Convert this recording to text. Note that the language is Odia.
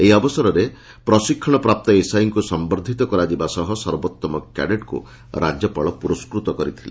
ଏହି ଅବସରରେ ପ୍ରଶିକ୍ଷଣ ପ୍ରାପ୍ତ ଏସଆଇଙ୍ଙୁ ସମ୍ମର୍ବିତ କରାଯିବା ସହ ସର୍ବୋଉମ କ୍ୟାଡେଟଙ୍କ ରାକ୍ୟପାଳ ପୁରସ୍କୃତ କରିଥିଲେ